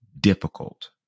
difficult